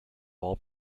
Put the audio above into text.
all